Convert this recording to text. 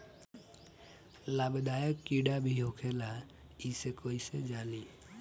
लाभदायक कीड़ा भी होखेला इसे कईसे जानी?